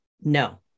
No